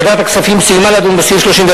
ועדת הכספים סיימה לדון בסעיף 31